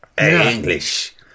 English